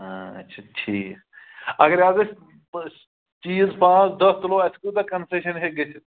اَچھا ٹھیٖک اگر حظ أسۍ چیٖز پانٛژھ دَہ تُلو اَسہِ کوٗتاہ کَنسیشَن ہیٚکہِ گٔژھِتھ